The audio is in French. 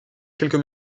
quelques